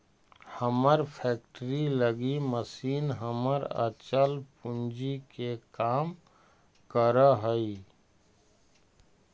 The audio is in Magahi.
हमर फैक्ट्री लगी मशीन हमर अचल पूंजी के काम करऽ हइ